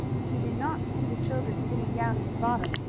he did not see the children sitting down in the bottom,